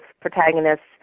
protagonists